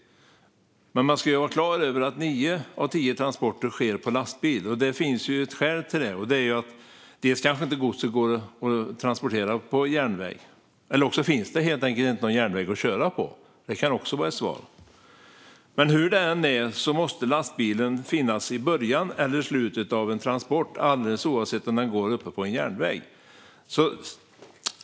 Men man ska vara klar över att nio av tio transporter sker på lastbil - och att det finns ett skäl till det. Antingen kanske godset inte går att transportera på järnväg, eller också finns det helt enkelt ingen järnväg att köra på. Det kan också vara ett svar. Hur det än är måste dock lastbilen finnas i början eller slutet av en transport alldeles oavsett om transporten går på järnväg.